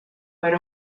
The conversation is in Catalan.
per